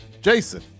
Jason